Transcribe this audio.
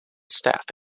staff